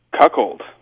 cuckold